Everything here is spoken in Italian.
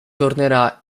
tornerà